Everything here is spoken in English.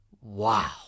Wow